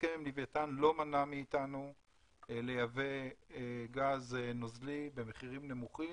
ההסכם עם לווייתן לא מנע מאתנו לייבא גז נוזלי במחירים נמוכים,